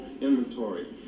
inventory